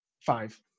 five